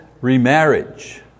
Remarriage